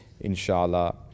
Inshallah